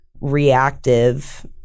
reactive